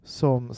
som